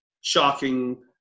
shocking